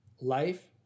life